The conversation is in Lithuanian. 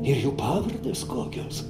ir jų pavardės kokios